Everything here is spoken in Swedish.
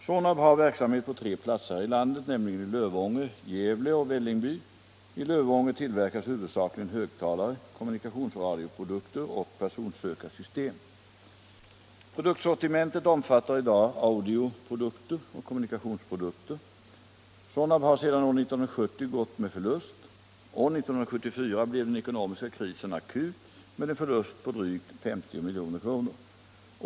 Sonab har verksamhet på tre platser här i landet, nämligen i Lövånger, 167 Produktsortimentet omfattar i dag audioprodukter och kommunikationsprodukter. Sonab har sedan år 1970 gått med förlust. År 1974 blev den ekonomiska krisen akut med en förlust på drygt 50 milj.kr.